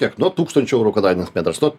kiek nuo tūkstančio eurų kvadratinis metras nuo